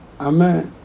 Amen